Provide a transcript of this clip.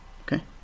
Okay